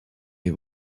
les